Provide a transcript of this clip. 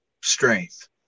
strength